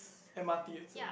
M_R_T also